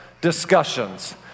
discussions